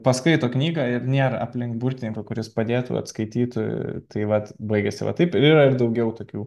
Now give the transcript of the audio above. paskaito knygą ir nėra aplink burtininko kuris padėtų atskaitytų tai dvat baigiasi va taip yra ir daugiau tokių